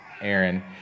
Aaron